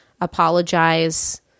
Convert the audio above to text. apologize